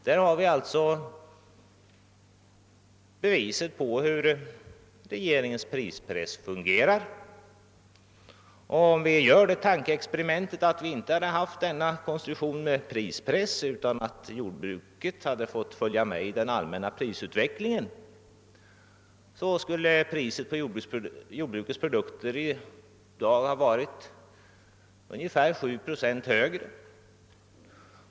Där får vi alltså bevis på hur jordbrukets prispress fungerar. Om vi gör det tankeexperimentet att det inte funnits denna konstruktion med en prispress utan att jordbruket hade fått följa med i den allmänna prisutvecklingen, skulle priset på jordbrukets produkter i dag ha varit ungefär 7 procent högre.